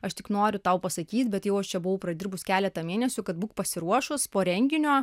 aš tik noriu tau pasakyt bet jau aš čia buvau pradirbus keletą mėnesių kad būk pasiruošus po renginio